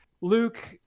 Luke